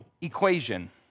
equation